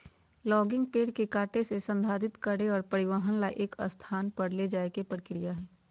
logging पेड़ के काटे से, संसाधित करे और परिवहन ला एक स्थान पर ले जाये के प्रक्रिया हई